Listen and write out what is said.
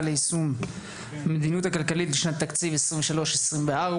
ליישום המדיניות הכלכלית לשנות התקציב 2023 ו-2024),